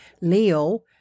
Leo